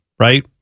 right